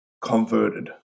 converted